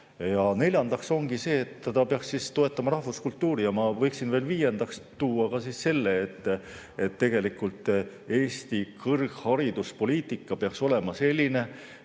Ja neljandaks ongi see, et ta peaks toetama rahvuskultuuri. Ma võiksin veel viiendaks tuua ka selle, et tegelikult Eesti kõrghariduspoliitika peaks olema selline,